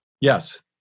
Yes